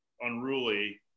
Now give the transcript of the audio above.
unruly